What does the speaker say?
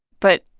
but,